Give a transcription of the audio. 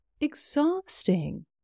exhausting